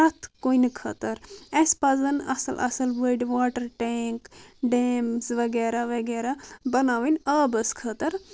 پرٛٮ۪تھ کُنہِ خٲطرٕ اسہِ پزن اصل اصل بٔڑۍ واٹر ٹینٛک ڈیمز وغیرہ وغیرہ بناوٕنۍ آبس خٲطرٕ